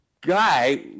Guy